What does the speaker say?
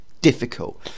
difficult